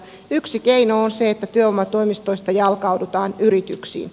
yksi keino on se että työvoimatoimistoista jalkaudutaan yrityksiin